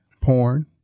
Porn